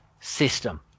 system